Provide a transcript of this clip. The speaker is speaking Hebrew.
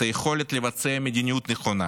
את היכולת לבצע מדיניות נכונה